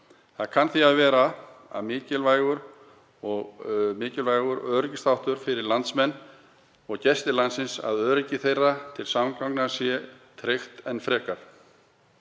Það kann því að vera mikilvægur öryggisþáttur fyrir landsmenn og gesti landsins að öryggi þeirra til samgangna sé tryggt enn frekar.